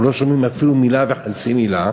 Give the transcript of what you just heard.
אנחנו לא שומעים מילה וחצי מילה